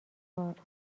کار